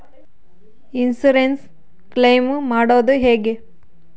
Insurance claim ಮಾಡೋದು ಹೆಂಗ?